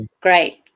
great